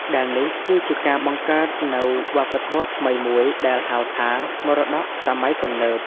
ដែលនេះគឺជាការបង្កើតនូវវប្បធម៌ថ្មីមួយដែលហៅថា មរតកសម័យទំនើប ។